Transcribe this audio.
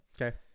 Okay